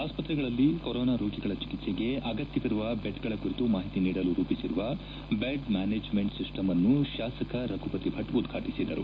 ಆಸ್ಪತ್ರೆಗಳಲ್ಲಿ ಕೊರೋನಾ ರೋಗಿಗಳ ಚಿಕಿತ್ಸೆಗೆ ಅಗತ್ಯವಿರುವ ಬೆಡ್ ಗಳ ಕುರಿತು ಮಾಹಿತಿ ನೀಡಲು ರೂಪಿಸಿರುವ ಬೆಡ್ ಮ್ಯಾನೇಜ್ ಮೆಂಟ್ ಸಿಸ್ಟಂ ನ್ನು ಶಾಸಕ ರಘುಪತಿ ಭಟ್ ಉದ್ಘಾಟಿಸಿದರು